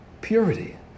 Purity